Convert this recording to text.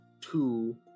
two